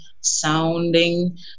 sounding